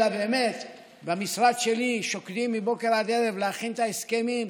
אלא באמת במשרד שלי שוקדים מבוקר עד ערב להכין את ההסכמים,